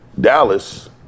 dallas